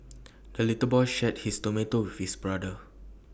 the little boy shared his tomato with his brother